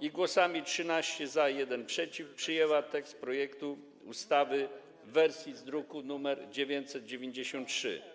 i głosami 13 za, 1 przeciw przyjęła tekst projektu ustawy w wersji z druku nr 993.